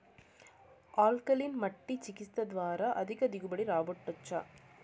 alkaline మట్టి చికిత్స ద్వారా అధిక దిగుబడి రాబట్టొచ్చా